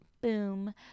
Boom